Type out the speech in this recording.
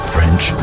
French